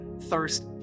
thirst